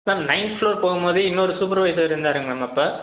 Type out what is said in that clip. ma'am ninth floor போகும்போது இன்னொரு supervisor இருந்தாருங்க மேம் அப்போ